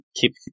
Keep